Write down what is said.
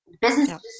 Business